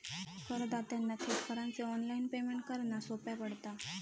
करदात्यांना थेट करांचे ऑनलाइन पेमेंट करना सोप्या पडता